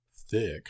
thick